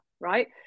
right